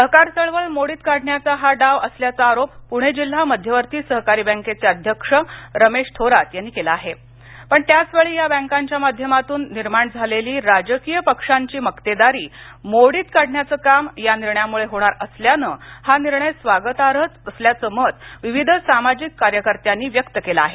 सहकार चळवळ मोडीत काढण्याचा हा डाव असल्याचा आरोप पुणे जिल्हा मध्यवर्ती सहकारी बँकेचे अध्यक्ष रमेश थोरात यांनी केला आहे पण त्याच वेळी या बँकांच्या माध्यमातून निर्माण झालेली राजकीय पक्षांची मक्तेदारी मोडीत काढण्याचं काम या निर्णयामुळं होणार असल्यानं हा निर्णय स्वागतार्हच असल्याचं मत विविध सामाजिक कार्यकर्त्यांनी व्यक्त केलं आहे